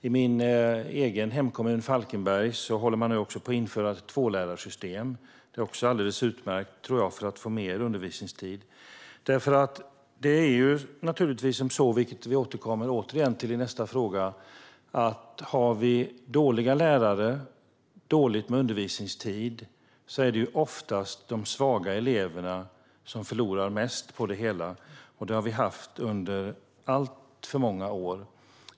I min hemkommun Falkenberg håller man nu på att införa ett tvålärarsystem, något som jag tror är alldeles utmärkt för att få mer undervisningstid. Det är ju naturligtvis som så, vilket vi återkommer till i nästa fråga, att har vi dåliga lärare och dåligt med undervisningstid är det oftast de svaga eleverna som förlorar mest på det hela. Det har vi sett under alltför många år.